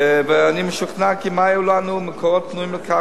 ואני משוכנע כי אם היו לנו מקורות פנויים לכך,